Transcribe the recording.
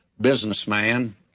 businessman